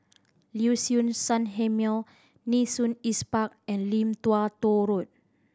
Liuxun Sanhemiao Nee Soon East Park and Lim Tua Tow Road